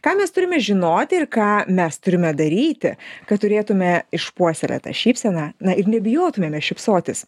ką mes turime žinoti ir ką mes turime daryti kad turėtume išpuoselėtą šypseną na ir nebijotumėme šypsotis